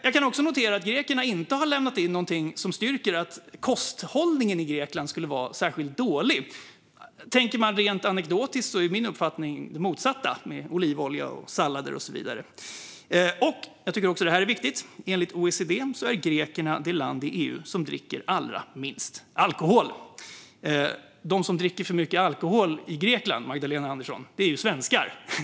Jag kan också notera att grekerna inte har lämnat in något som styrker att kosthållningen i Grekland skulle vara särskilt dålig. Tänker man rent anekdotiskt är min uppfattning det motsatta; olivolja, sallader och så vidare. Och enligt OECD - och det här är viktigt - är grekerna det folk i EU som dricker allra minst alkohol. De som dricker för mycket alkohol i Grekland, Magdalena Andersson, är svenskar!